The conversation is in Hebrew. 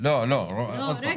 לא, עוד פעם,